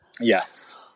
Yes